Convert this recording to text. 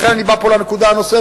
לכן אני בא פה לנקודה הנוספת.